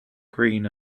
green